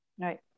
right